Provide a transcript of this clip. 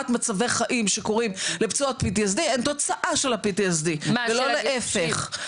מצבי חיים שקורים לפצועות הן תוצאה של ה-PTSD ולא להיפך.